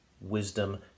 wisdom